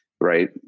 right